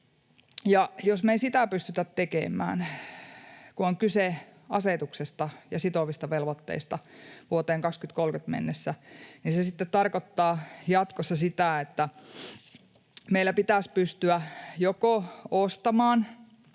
Jos me ei sitä pystytä tekemään, kun on kyse asetuksesta ja sitovista velvoitteista vuoteen 2030 mennessä, niin se sitten tarkoittaa jatkossa sitä, että meillä pitäisi pystyä ostamaan